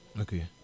Okay